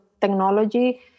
technology